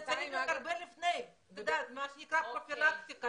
זה צריך להיות הרבה לפני, מה שנקרא מניעה.